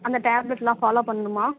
அந்த டேப்லெட்டெலாம் ஃபாலோ பண்ணணுமா